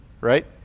right